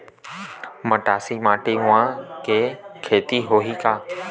मटासी माटी म के खेती होही का?